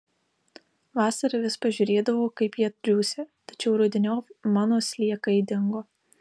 vasarą vis pažiūrėdavau kaip jie triūsia tačiau rudeniop mano sliekai dingo